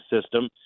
system